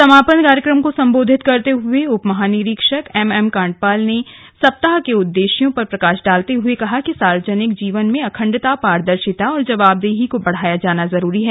समापन कार्यक्रम को संबोधित करते हुए उप महानिरीक्षक एमएम कांडपाल ने सप्ताह के उद्देश्यों पर प्रकाश डालते हुए कहा कि सार्वजनिक जीवन में अखंडता पारदर्शिता व जवाबदेही को बढ़ाया जाना जरूरी है